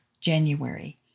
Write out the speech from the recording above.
January